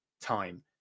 time